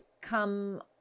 come